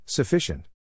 Sufficient